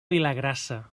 vilagrassa